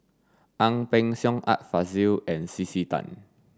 Ang Peng Siong Art Fazil and C C Tan